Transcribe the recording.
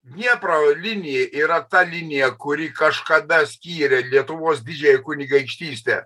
dniepro linija yra ta linija kuri kažkada skyrė lietuvos didžiąją kunigaikštystę